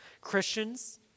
Christians